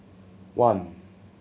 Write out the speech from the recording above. one